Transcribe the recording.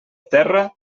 terra